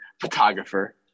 photographer